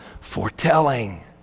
foretelling